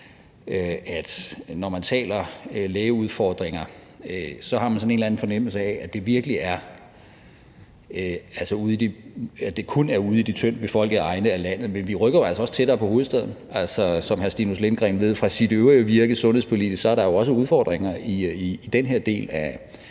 Når man taler lægeudfordringer, har man sådan en eller anden fornemmelse af, at det kun gælder ude i de tyndt befolkede egne af landet, men vi rykker jo altså også tættere på hovedstaden. Som hr. Stinus Lindgreen ved fra sit øvrige sundhedspolitiske virke, er der jo også udfordringer i den her del af